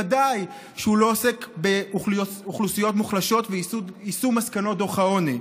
ודאי שהוא לא עוסק באוכלוסיות מוחלשות וביישום מסקנות דוח העוני.